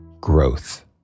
growth